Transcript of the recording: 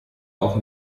auch